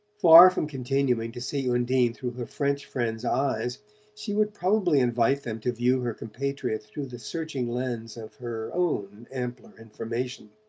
far from continuing to see undine through her french friends' eyes she would probably invite them to view her compatriot through the searching lens of her own ampler information.